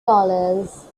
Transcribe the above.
dollars